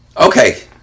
Okay